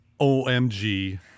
OMG